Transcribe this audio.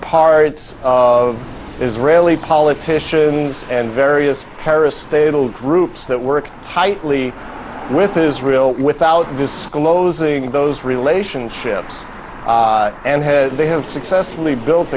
parts of israeli politicians and various parastatal groups that work tightly with israel without disclosing those relationships and they have successfully built